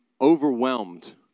overwhelmed